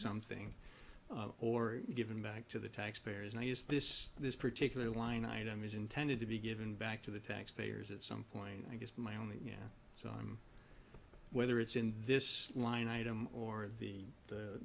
something or given back to the taxpayers and i use this this particular line item is intended to be given back to the taxpayers at some point i guess my only so i'm whether it's in this line item or the